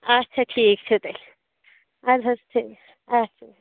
اَچھا ٹھیٖک چھُ تیٚلہِ اَدٕ حظ ٹھیٖک اَچھا